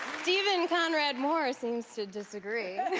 stephen conrad moore seems to disagree.